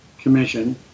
Commission